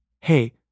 hey